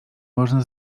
można